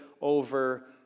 over